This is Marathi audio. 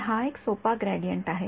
तर हा एक सोपा ग्रेडियंट आहे